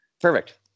Perfect